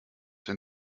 wenn